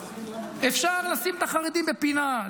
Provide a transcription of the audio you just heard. אפשר לשים את החרדים בפינה,